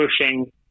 pushing